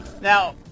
Now